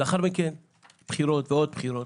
לאחר מכן בחירות ועוד בחירות.